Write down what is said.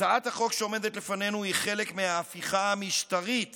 הצעת החוק שעומדת לפנינו היא חלק מההפיכה המשטרית